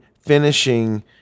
finishing